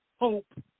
hope